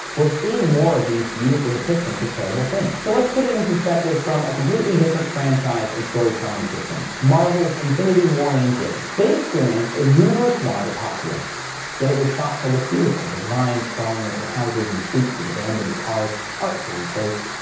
we're seeing more of these beautiful depictions of terrible things. so let's put it it in perspective from a completely different franchise and storytelling system marvel's infinity war and endgame. they experienced a universe wide apocalypse get it was shot to look beautiful with vines crawling over houses and streets with abandoned cars artfully placed,